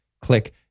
Click